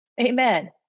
Amen